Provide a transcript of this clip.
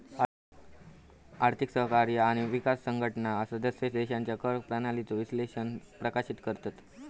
आर्थिक सहकार्य आणि विकास संघटना सदस्य देशांच्या कर प्रणालीचो विश्लेषण प्रकाशित करतत